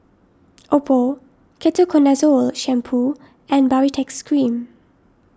Oppo Ketoconazole Shampoo and Baritex Cream